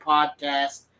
Podcast